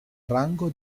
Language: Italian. rango